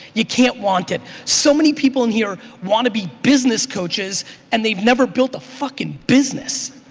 you can't want it. so many people in here want to be business coaches and they've never built a fuckin' business.